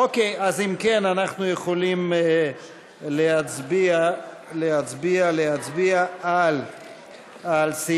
אוקיי, אם כן, אנחנו יכולים להצביע על סעיפים